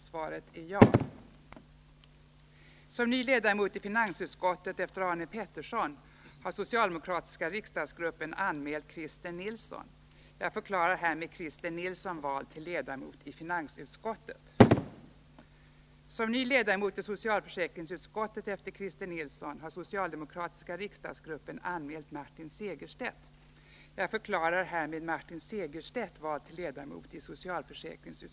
Som ny ledamot i finansutskottet efter Arne Pettersson har socialdemokratiska riksdagsgruppen anmält Christer Nilsson. Som ny ledamot i socialförsäkringsutskottet efter Christer Nilsson har socialdemokratiska riksdagsgruppen anmält Martin Segerstedt.